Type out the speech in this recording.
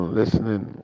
listening